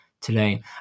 today